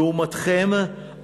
לעומתכם,